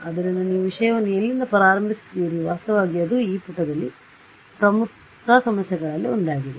ಆದ್ದರಿಂದ ನೀವು ವಿಷಯವನ್ನು ಎಲ್ಲಿಂದ ಪ್ರಾರಂಭಿಸುತ್ತೀರಿ ವಾಸ್ತವವಾಗಿ ಅದು ಈ ಪುಟದಲ್ಲಿನ ಪ್ರಮುಖ ಸಮಸ್ಯೆಗಳಲ್ಲಿ ಒಂದಾಗಿದೆ